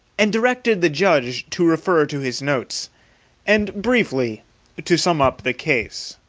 and directed the judge to refer to his notes and briefly to sum up the case.